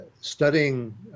studying